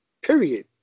Period